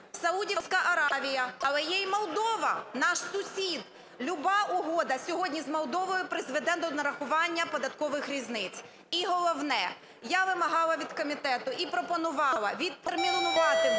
Саудівська Аравія, але є і Молдова – наш сусід. Люба угода сьогодні з Молдовою призведе до нарахування податкових різниць. І головне. Я вимагала від комітету і пропонувала відтермінувати